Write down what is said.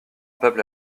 peuple